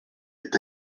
est